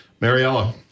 Mariella